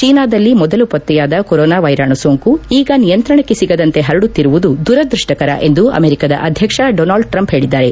ಚೀನಾದಲ್ಲಿ ಮೊದಲು ಪತ್ತೆಯಾದ ಕೊರೊನಾ ವೈರಾಣು ಸೋಂಕು ಈಗ ನಿಯಂತ್ರಣಕ್ಕೆ ಸಿಗದಂತೆ ಪರಡುತ್ತಿರುವುದು ದುರದೃಷ್ಷಕರ ಎಂದು ಅಮೆರಿಕದ ಅಧ್ಯಕ್ಷ ಡೊನಾಲ್ಡ್ ಟ್ರಂಪ್ ಹೇಳದ್ದಾರೆ